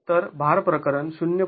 तर भार प्रकरण ०